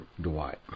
Dwight